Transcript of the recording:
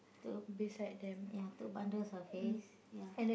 two ya two bundles of hays ya